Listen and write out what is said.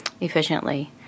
efficiently